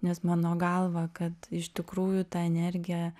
nes mano galva kad iš tikrųjų ta energija